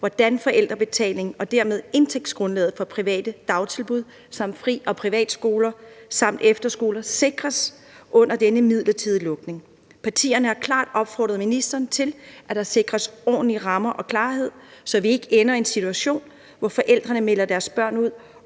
hvordan forældrebetalingen og dermed indtægtsgrundlaget for private dagtilbud samt fri- og privatskoler og efterskoler sikres under denne midlertidige lukning. Partierne har opfordret ministeren til, at der sikres ordentlige rammer og klarhed, så vi ikke ender i en situation, hvor forældrene melder deres børn ud